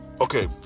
okay